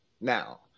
Now